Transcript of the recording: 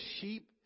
sheep